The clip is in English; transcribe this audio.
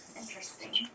Interesting